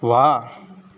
वाह्